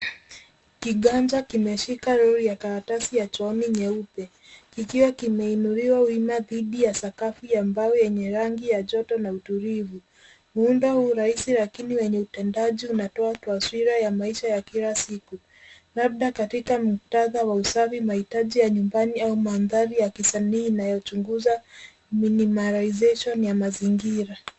Kiganja kimeshika roli ya karatasi ya chooni nyeupe kikiwa kimeinuliwa wima dhidi ya sakafu ya mbao yenye rangi ya joto na utulivu. Muundo huu rahisi lakini wenye utendaji unatoa taswira ya maisha ya kila siku, labda katika muktadha wa usafi, mahitaji ya nyumbani au mandhari .ya kisanii inayochunguza minimization ya mazingira.